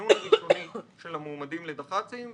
הסינון הראשוני של המועמדים לדח"צים,